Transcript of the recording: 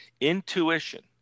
intuition